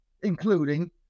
including